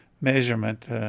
measurement